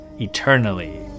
eternally